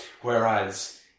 Whereas